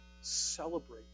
celebrate